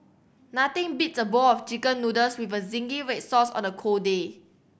nothing beats a bowl of Chicken Noodles with zingy red sauce on a cold day